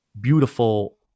beautiful